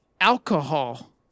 alcohol